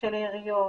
של העיריות,